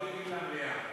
להעביר למליאה.